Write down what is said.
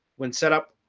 when set up?